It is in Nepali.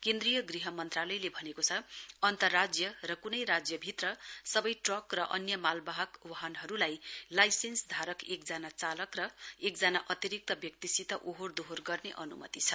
केन्द्रीय गृह मन्त्रालयले भनेको छ अन्तराज्य र कुनै राज्यभित्र सवै ट्रक र अन्य मालवाहक वाहनहरुलाई लाइसेन्सधारक एकजना चालक र एकजना अतिरिक्त व्यक्तिसित ओहोर दोहोर गर्ने अनुमति छ